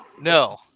no